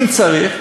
אם צריך,